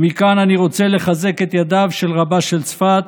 ומכאן אני רוצה לחזק את ידיו של רבה של צפת: